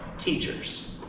teachers